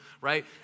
right